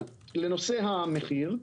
אבל לנושא המחיר,